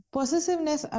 Possessiveness